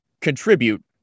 contribute